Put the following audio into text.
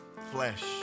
flesh